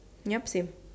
yup same